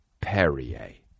Perrier